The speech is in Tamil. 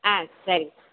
ஆ சேரிங்க